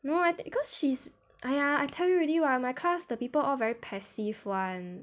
no I thin~ she's !aiya! I tell you already my class the people are very passive [one]